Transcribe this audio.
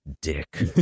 dick